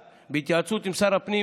בהתייעצות עם שר הפנים,